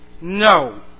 No